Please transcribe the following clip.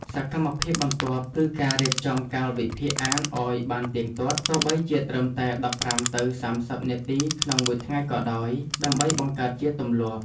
សកម្មភាពបន្ទាប់ គឺការរៀបចំកាលវិភាគអានឱ្យបានទៀងទាត់ ទោះបីជាត្រឹមតែ ១៥ ទៅ ៣០ នាទីក្នុងមួយថ្ងៃក៏ដោយ ដើម្បីបង្កើតជាទម្លាប់។